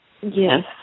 Yes